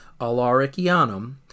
Alaricianum